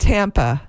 Tampa